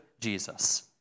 Jesus